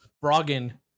Brogan